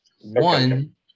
One